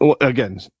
again